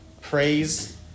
praise